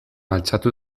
altxatu